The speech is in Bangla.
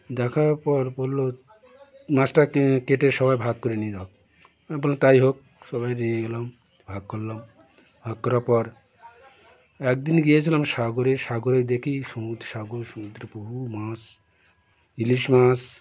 দেখার পর বলল মাছটা কেটে সবাই ভাগ করে নিয়ে নাও বললাম তাই হোক সবাই নিয়ে গেলাম ভাগ করলাম ভাগ করার পর একদিন গিয়েছিলাম সাগরে সাগরে দেখি সমুদ্র সাগর সমুদ্রের বহু মাছ ইলিশ মাছ